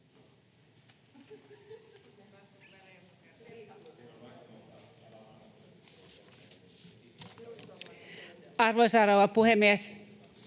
Arvoisa rouva puhemies!